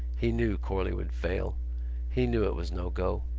he knew corley would fail he knew it was no go.